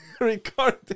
record